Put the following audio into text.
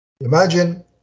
Imagine